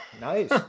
Nice